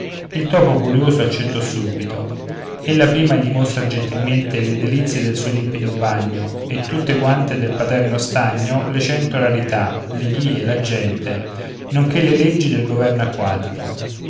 il topo curioso accettò subito ella prima gli mostra gentilmente le delizie del suo limpido bagno e tutte quante del paterno stagno le cento rarità le vie la gente non che le leggi del governo acquatico